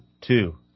two